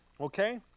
okay